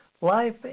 life